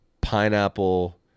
Pineapple